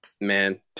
man